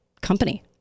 company